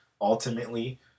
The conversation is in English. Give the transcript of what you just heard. ultimately